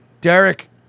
Derek